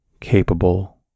capable